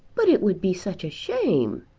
but it would be such a shame.